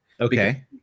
Okay